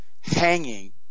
hanging